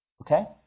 okay